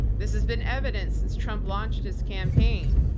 this has been evident since trump launched his campaign.